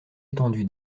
étendu